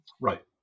Right